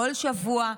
כל שבוע,